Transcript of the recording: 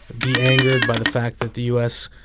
be angered by the fact that the u s.